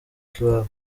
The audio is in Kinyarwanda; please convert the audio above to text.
k’iwabo